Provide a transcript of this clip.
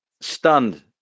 stunned